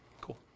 Cool